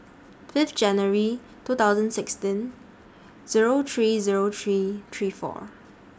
Fifth January two thousand sixteen Zero three Zero three three four